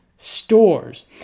stores